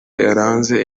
yaranze